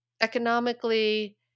economically